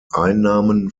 einnahmen